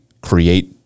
create